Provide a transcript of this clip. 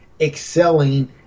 excelling